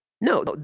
No